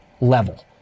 level